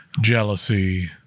Jealousy